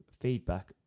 feedback